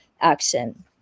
action